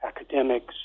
academics